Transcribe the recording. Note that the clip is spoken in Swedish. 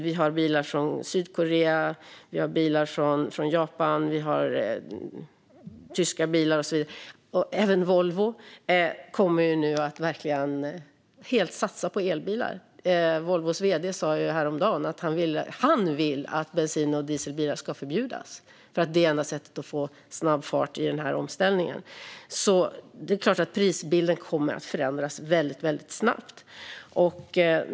Vi har bilar från Sydkorea, Japan, Tyskland och så vidare. Även Volvo kommer nu att verkligen helt satsa på elbilar. Volvos vd sa häromdagen att han vill att bensin och dieselbilar ska förbjudas för att det är det enda sättet att få snabb fart i den här omställningen. Det är alltså klart att prisbilden kommer att förändras väldigt snabbt.